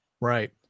Right